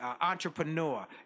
entrepreneur